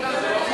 אילן,